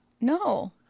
No